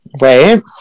Right